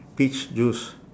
peach juice